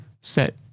set